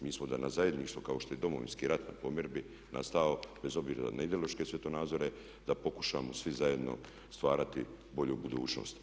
Mi smo danas zajedništvo kao što je i Domovinski rat na pomirbi nastao bez obzira na neidološke svjetonazore, da pokušamo svi zajedno stvarati bolju budućnost.